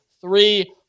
three